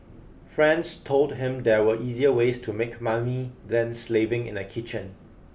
friends told him there were easier ways to make money than slaving in a kitchen